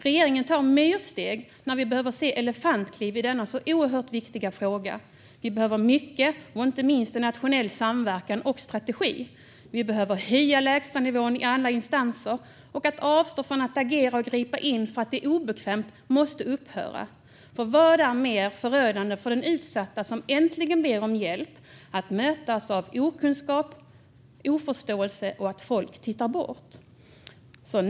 Regeringen tar myrsteg när vi behöver se elefantkliv i denna så oerhört viktiga fråga. Vi behöver mycket, inte minst en nationell samverkan och strategi. Vi behöver höja lägstanivån i alla instanser. Detta att avstå från att agera och gripa in för att det är obekvämt måste upphöra. För vad är mer förödande för den utsatta som äntligen ber om hjälp än att mötas av okunskap och oförståelse och att folk tittar bort?